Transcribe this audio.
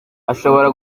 ashobora